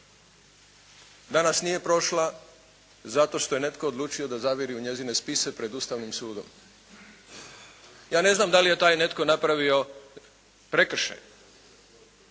danas nije prošla zato što je netko odlučio da zaviri u njezine spise pred Ustavnim sudom. Ja ne znam da li je taj netko napravio prekršaj,